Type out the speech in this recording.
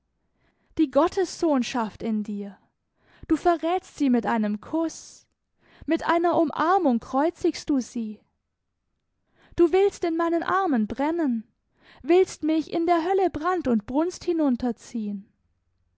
die gottessohnschaft in dir du verrätst sie mit einem kuß mit einer umarmung kreuzigst du sie du willst in meinen armen brennen willst mich in der hölle brand und brunst